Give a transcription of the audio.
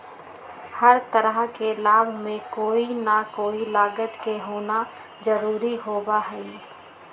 हर तरह के लाभ में कोई ना कोई लागत के होना जरूरी होबा हई